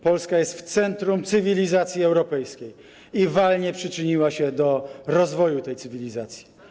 Polska jest w centrum cywilizacji europejskiej i walnie przyczyniła się do rozwoju tej cywilizacji.